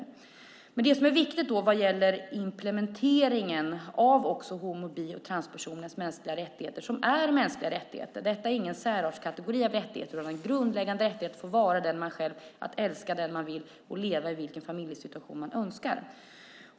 Beträffande implementeringen är det när det gäller mänskliga rättigheter för homo och bisexuella samt transpersoner fråga om just mänskliga rättigheter. Detta är ingen särartskategori av rättigheter, utan det är grundläggande rättigheter - att få vara den man är, älska den man vill och leva i den familjesituation man önskar.